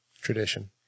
Tradition